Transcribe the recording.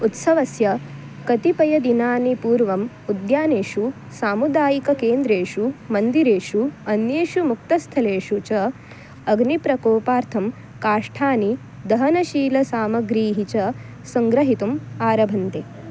उत्सवस्य कतिपयदिनानि पूर्वम् उद्यानेषु सामुदायिकेन्द्रेषु मन्दिरेषु अन्येषु मुक्तस्थलेषु च अग्निप्रकोपार्थं काष्ठानि दहनशीलसामग्रीः च सङ्ग्रहीतुम् आरभन्ते